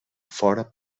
fora